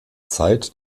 zeit